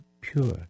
pure